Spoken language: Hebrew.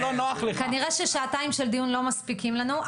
כנראה ששעתיים של דיון לא מספיקים לנו,